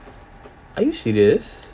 are you serious